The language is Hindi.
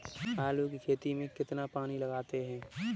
आलू की खेती में कितना पानी लगाते हैं?